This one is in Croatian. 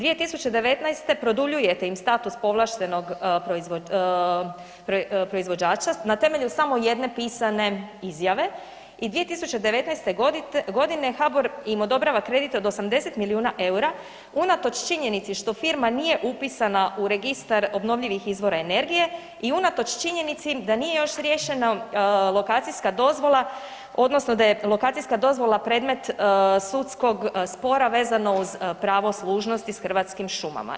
2019. produljujete im status povlaštenog proizvođača na temelju samo jedne pisane izjave i 2019. g. HBOR im odobrava kredit od 80 milijuna eura unatoč činjenici što firma nije upisana u Registar obnovljivih izvora energije i unatoč činjenici da nije još riješena lokacijska dozvola, odnosno da je lokacijska dozvola predmet sudskog spora vezano uz pravo služnosti s Hrvatskim šumama.